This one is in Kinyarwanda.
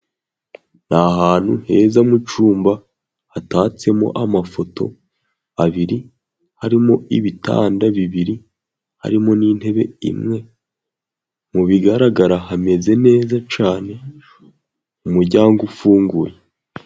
Ni ahantu heza mu cyumba hatatsemo amafoto abiri, harimo ibitanda bibiri harimo n'intebe imwe, mu bigaragara hameze neza cyane umuryango ufunguye.